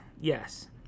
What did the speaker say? yes